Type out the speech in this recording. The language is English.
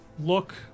look